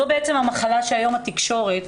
זו בעצם המחלה שהיום התקשורת